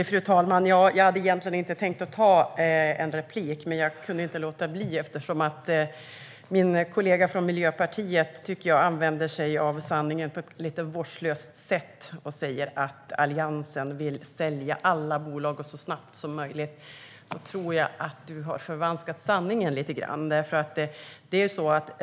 Fru talman! Jag hade egentligen inte tänkt begära replik, men jag kunde inte låta bli eftersom jag tycker att min kollega från Miljöpartiet behandlar sanningen på ett lite vårdslöst sätt och säger att Alliansen vill sälja alla bolag så snabbt som möjligt. Då tror jag att Jonas Eriksson har förvanskat sanningen lite grann.